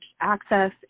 access